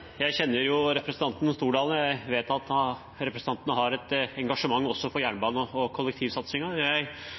Jeg kjenner representanten Stordalen, og jeg vet at han har et engasjement også for jernbanen og